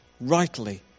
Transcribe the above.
rightly